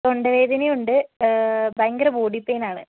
തൊണ്ടവേദനയും ഉണ്ട് ഭയങ്കര ബോഡി പെയിനാണ്